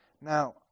Now